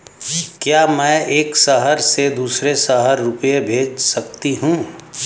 क्या मैं एक शहर से दूसरे शहर रुपये भेज सकती हूँ?